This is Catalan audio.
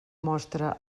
mostra